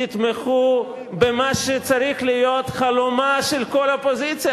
תתמכו במה שצריך להיות חלומה של כל אופוזיציה,